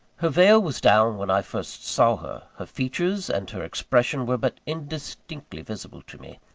her veil was down when i first saw her. her features and her expression were but indistinctly visible to me.